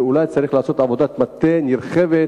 ואולי צריך לעשות עבודת מטה נרחבת,